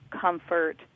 comfort